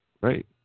right